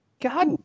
God